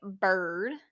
bird